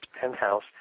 Penthouse